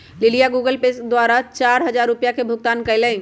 लिलीया Google pay द्वारा चार हजार रुपिया के भुगतान कई लय